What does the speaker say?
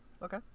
Okay